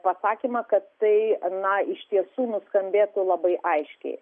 pasakymą kad tai na iš tiesų nuskambėtų labai aiškiai